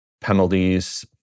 penalties